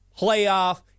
playoff